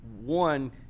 one